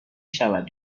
شود